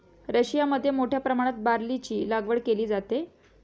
रशियामध्ये मोठ्या प्रमाणात बार्लीची लागवड केली जाते